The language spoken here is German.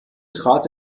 trat